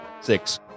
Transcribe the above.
six